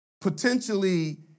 potentially